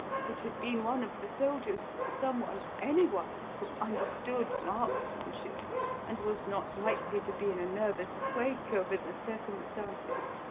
if it had been one of the soldiers, someone anyone who understood marksmanship and was not likely to be in a nervous quake over the circumstances,